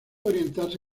orientarse